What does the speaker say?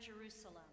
Jerusalem